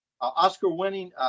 Oscar-winning